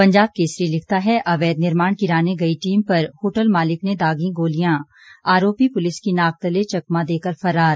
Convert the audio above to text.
पंजाब केसरी लिखता है अवैध निर्माण गिराने गई टीम पर होटल मालिक ने दागी गोलियां आरोपी पुलिस की नाक तले चकमा देकर फरार